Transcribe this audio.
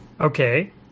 Okay